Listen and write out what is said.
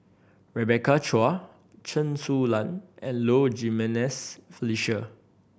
Rebecca Chua Chen Su Lan and Low Jimenez Felicia